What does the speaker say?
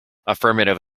affirmative